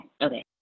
okay